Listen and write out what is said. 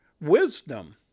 wisdom